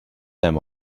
them